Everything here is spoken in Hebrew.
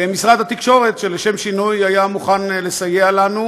ואנגלית, לקבל עכשיו שידורים שמקורם במדינת ישראל.